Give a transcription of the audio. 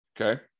okay